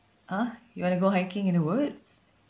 ah you want to go hiking in the woods